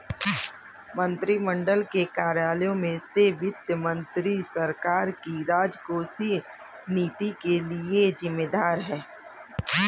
मंत्रिमंडल के कार्यालयों में से वित्त मंत्री सरकार की राजकोषीय नीति के लिए जिम्मेदार है